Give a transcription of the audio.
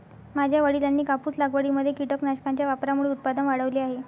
माझ्या वडिलांनी कापूस लागवडीमध्ये कीटकनाशकांच्या वापरामुळे उत्पादन वाढवले आहे